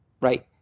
right